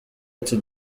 ati